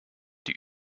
die